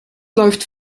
läuft